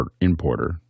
importer